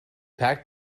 packed